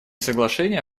соглашения